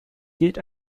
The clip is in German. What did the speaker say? gilt